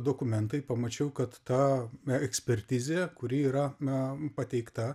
dokumentai pamačiau kad ta ekspertizė kuri yra a pateikta